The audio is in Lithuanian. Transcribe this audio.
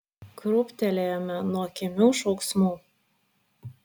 krūptelėjome nuo kimių šauksmų